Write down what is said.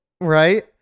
right